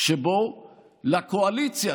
שבו לקואליציה,